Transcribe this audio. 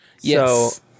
Yes